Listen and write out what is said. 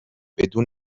بدون